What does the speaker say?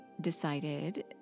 decided